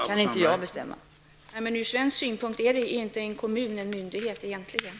Herr talman! Från svensk synpunkt är emellertid inte en kommun att betrakta som någon myndighet.